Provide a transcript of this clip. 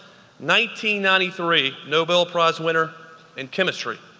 ninety ninety three nobel prize winner in chemistry,